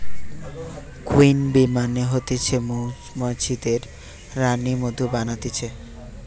queen bee মানে হতিছে মৌমাছিদের রানী মধু বানাতিছে